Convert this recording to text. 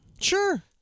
sure